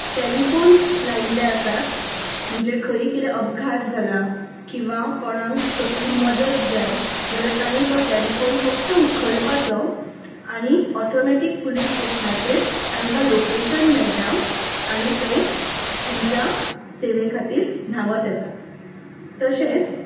telephones लायिल्ले आसात म्हणजे खंयीय कितें अपघात जाला किंवा कोणाक कसली मदत जाय जाल्यार तांणी तो टेलिफाॅन फक्त उखलपाचो आनी ऑटोमेटीक पुलीस स्टेशनाचेर तांकां लोकेशन मेळटा आनी ते तुमच्या सेवे खातीर धांवत येतात तशेंच